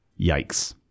Yikes